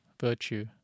virtue